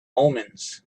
omens